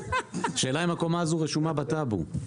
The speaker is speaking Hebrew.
השאלה אם הקומה הזאת רשומה בטאבו?